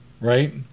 Right